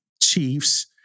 chiefs